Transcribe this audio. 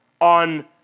on